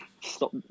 stop